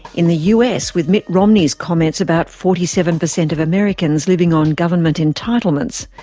in the us with mitt romney's comments about forty seven per cent of americans living on government entitlements,